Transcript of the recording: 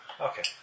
Okay